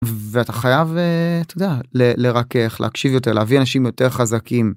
ואתה חייב לרכך להקשיב יותר להביא אנשים יותר חזקים.